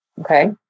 okay